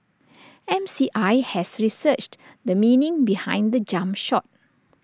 M C I has researched the meaning behind the jump shot